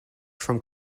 from